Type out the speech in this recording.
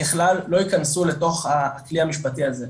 ככלל לא יכנסו לתוך הכלי המשפטי הזה,